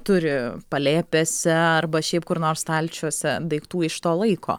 turi palėpėse arba šiaip kur nors stalčiuose daiktų iš to laiko